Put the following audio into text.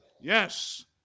Yes